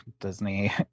Disney